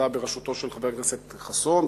ועדה בראשותו של חבר הכנסת חסון,